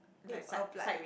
Luke applied it